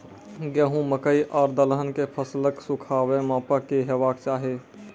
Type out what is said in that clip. गेहूँ, मकई आर दलहन के फसलक सुखाबैक मापक की हेवाक चाही?